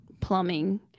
plumbing